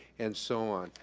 and so on.